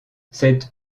cette